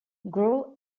grow